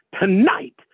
tonight